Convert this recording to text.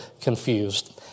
confused